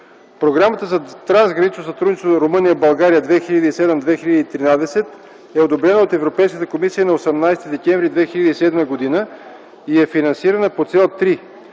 Програмата за трансгранично сътрудничество Румъния – България 2007-2013 г. е одобрена от Европейската комисия на 18 декември 2007 г. и е финансирана от